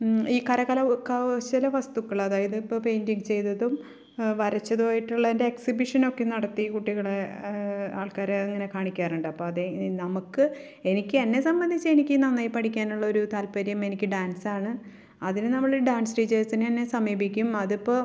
ഈ കരകല കൗശല വസ്തുക്കൾ അതായത് ഇപ്പോൾ പെയിൻ്റിംഗ് ചെയ്തതും വരച്ചതും ആയിട്ടുള്ളേൻ്റെ എക്സിബിഷനൊക്കെ നടത്തി കുട്ടികളെ ആൾക്കാർ അങ്ങനെ കാണിക്കാറുണ്ടപ്പോൾ അതെ നമുക്ക് എനിക്ക് എന്നെ സംബന്ധിച്ചെനിക്ക് നന്നായി പഠിക്കാനുള്ളൊരു താത്പര്യം എനിക്ക് ഡാൻസാണ് അതിന് നമ്മൾ ഡാൻസ് ടീച്ചേഴ്സിനു തന്നെ സമീപിക്കും അതിപ്പോൾ